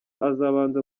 azabanza